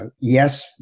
Yes